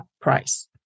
price